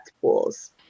pools